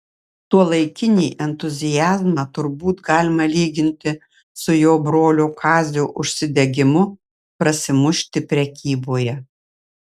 tuolaikinį entuziazmą turbūt galima lyginti su jo brolio kazio užsidegimu prasimušti prekyboje